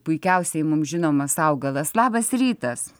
puikiausiai mums žinomas augalas labas rytas